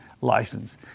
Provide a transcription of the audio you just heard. license